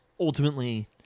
Ultimately